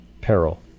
Peril